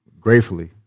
gratefully